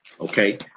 okay